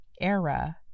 era